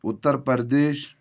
Uttar Pradesh